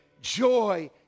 joy